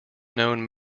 known